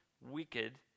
wicked